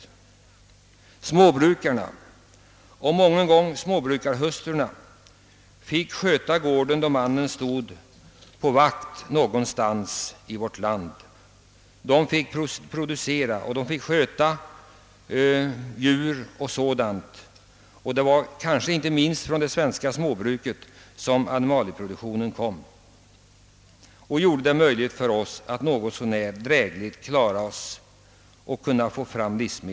Då fick småbrukarhustrurna många gånger sköta gården och djuren, medan mannen stod på vakt någonstans i landet. Det var inte minst från småbruket som vår animalieproduktion då kom. Det var där livsmedlen producerades i en omfattning som något så när täckte behovet.